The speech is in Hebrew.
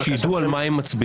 שיידעו על מה הם מצביעים.